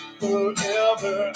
forever